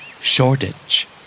Shortage